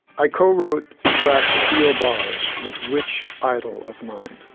i co-wrote the track, steel bars with which idol of mine?